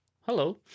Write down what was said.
hello